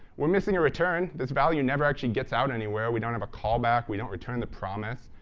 we're missing a return. this value never actually gets out anywhere. we don't have a callback. we don't return the promise.